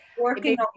Working